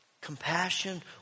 compassion